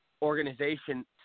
organization